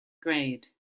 grade